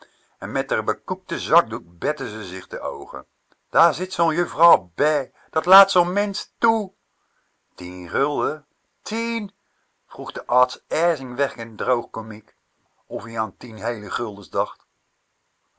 en met r be koekten zakdoek bette ze zich de oogen daar zit zoo'n juffrouw bij dat laat zoo'n mensch toe tien gulden tièn vroeg de arts ijzingwekkend droogkomiek of-ie an tien hééle guldens dacht